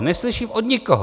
Neslyším od nikoho.